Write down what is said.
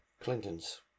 Clinton's